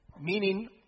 meaning